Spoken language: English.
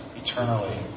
eternally